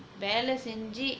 வேலை செஞ்சு:velai senju